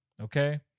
okay